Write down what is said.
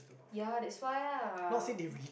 ya that's why ah